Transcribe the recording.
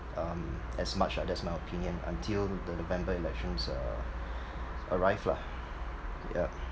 um as much ah that's my opinion until the november elections uh arrive lah yeah